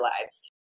lives